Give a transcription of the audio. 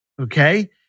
okay